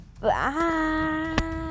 Bye